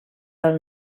del